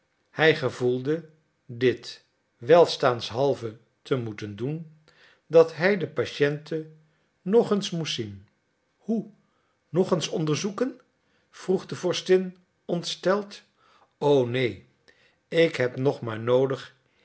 hij gevoelde dit welstaanshalve te moeten doen dat hij de patiënte nog eens moest zien hoe nog eens onderzoeken vroeg de vorstin ontsteld o neen ik heb nog maar noodig